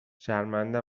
شرمنده